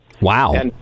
Wow